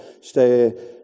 stay